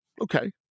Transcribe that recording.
Okay